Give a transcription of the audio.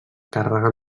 càrrega